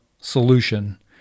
solution